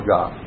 God